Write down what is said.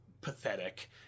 Pathetic